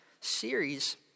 series